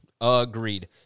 Agreed